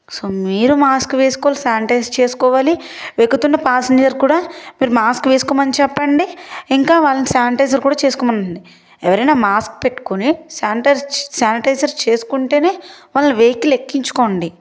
so మీరు mask వేసుకోవాలి sanitize చేసుకోవాలి ఎక్కుతున్న ప్యాసెంజర్ కూడా మీరు మాస్క్ వేసుకోమని చెప్పండి ఇంకా వాళ్ళని శానిటైజర్ కూడా చేసుకోమని చెప్పండి ఎవరైనా మాస్క్ పెట్టుకొనే శానిటై శానిటైజర్ చేసుకుంటేనే వాళ్ళని వెహికల్ ఎక్కించుకోండి